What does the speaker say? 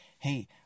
Hey